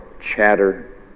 chatter